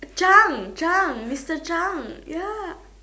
Zhang Zhang mister Zhang ya